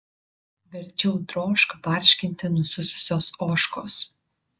verčiau drožk barškinti nusususios ožkos